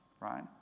right